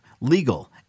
legal